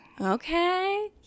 Okay